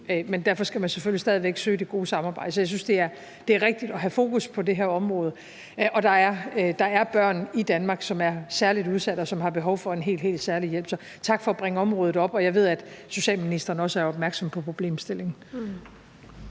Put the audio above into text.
af dette skal man selvfølgelig stadig væk søge det gode samarbejde. Så jeg synes, det er rigtigt at have fokus på det her område, og der er børn, i Danmark, som er særligt udsatte, og som har behov for en helt særlig hjælp. Tak for at bringe området op – og jeg ved, at ministeren også er opmærksom på problemstillingen.